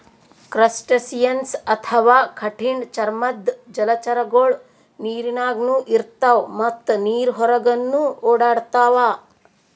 crustaceans ಅಥವಾ ಕಠಿಣ್ ಚರ್ಮದ್ದ್ ಜಲಚರಗೊಳು ನೀರಿನಾಗ್ನು ಇರ್ತವ್ ಮತ್ತ್ ನೀರ್ ಹೊರಗನ್ನು ಓಡಾಡ್ತವಾ